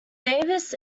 davis